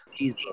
cheeseburger